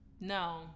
No